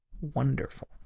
wonderful